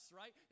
right